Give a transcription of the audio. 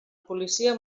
policia